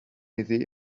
iddi